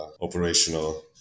operational